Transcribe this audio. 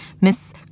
Miss